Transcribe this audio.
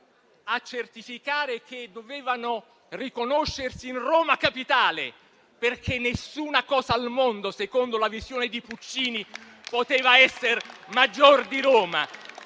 a certificare che dovevano riconoscersi in Roma capitale, perché nessuna cosa al mondo, secondo la visione di Puccini, poteva esser maggior di Roma.